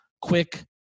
quick